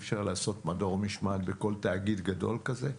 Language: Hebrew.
אי-אפשר לעשות מדור משמעת בכל תאגיד גדול כזה?